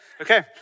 Okay